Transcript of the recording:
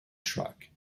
truck